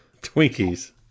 Twinkies